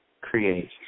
create